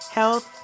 health